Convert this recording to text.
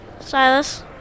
Silas